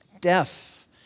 deaf